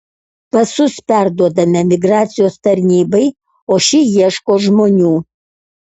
pasus perduodame migracijos tarnybai o ši ieško žmonių